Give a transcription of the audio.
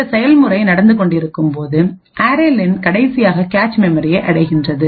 இந்த செயல்முறை நடந்து கொண்டிருக்கும்போது அரே லென்array len கடைசியாக கேச்மெமரியை அடைகின்றது